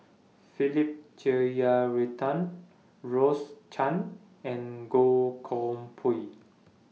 Philip Jeyaretnam Rose Chan and Goh Koh Pui